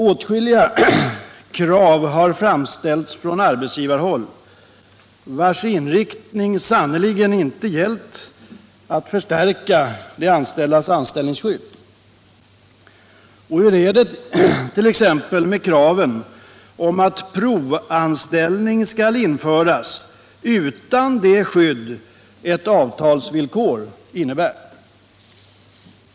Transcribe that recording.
Från arbetsgivarhåll har åtskilliga krav framställts vars inriktning sannerligen inte gällt att förstärka de anställdas anställningsskydd. Och hur är det t.ex. med kraven på att provanställning skall införas utan det skydd ett avtalsvillkor innebär?